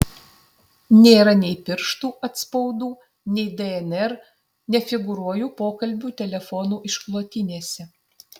nėra nei pirštų atspaudų nei dnr nefigūruoju pokalbių telefonu išklotinėse